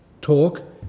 talk